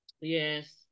yes